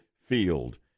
field